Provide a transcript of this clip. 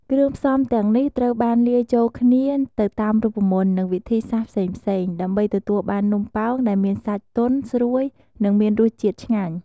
គ្រឿងផ្សំទាំងនេះត្រូវបានលាយចូលគ្នាទៅតាមរូបមន្ត និងវិធីសាស្ត្រផ្សេងៗ ដើម្បីទទួលបាននំប៉ោងដែលមានសាច់ទន់ ស្រួយ និងមានរសជាតិឆ្ងាញ់។